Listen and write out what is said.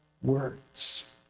Words